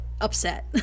upset